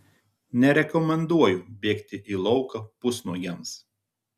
nerekomenduoju bėgti į lauką pusnuogiams